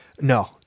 no